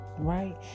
right